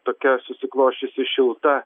tokia susiklosčiusi šilta